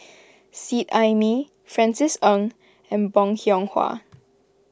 Seet Ai Mee Francis Ng and Bong Hiong Hwa